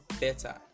better